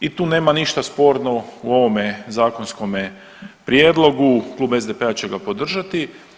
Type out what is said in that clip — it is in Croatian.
I tu nema ništa sporno u ovome zakonskome prijedlogu, klub SDP-a će ga podržati.